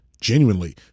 genuinely